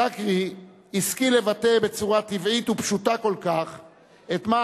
זכי השכיל לבטא בצורה טבעית ופשוטה כל כך את מה